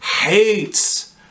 hates